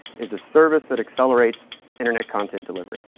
is a service that accelerates internet content delivery.